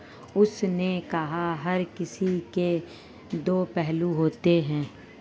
उसने कहा हर सिक्के के दो पहलू होते हैं